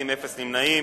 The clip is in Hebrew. שלישית.